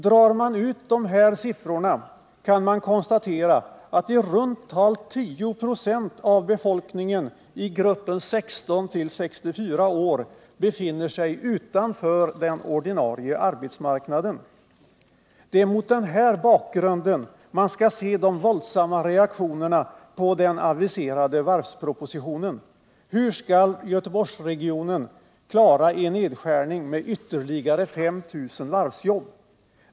Drar man ut de här siffrorna kan man konstatera att i runt tal 10 96 av befolkningen i gruppen 16-64 år befinner sig utanför den ordinarie arbetsmarknaden. Det är mot den här bakgrunden man skall se de våldsamma reaktionerna på den aviserade varvspropositionen. Hur skall Göteborgsregionen klara en nedskärning med ytterligare 5 000 varvsjobb?